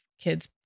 kids